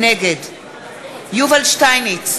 נגד יובל שטייניץ,